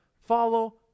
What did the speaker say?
follow